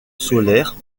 solaires